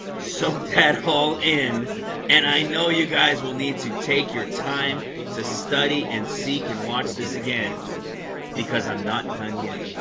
soak that all in and i know you guys will need to take your time to study and seek and watch this again because i'm not done yet